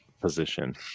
position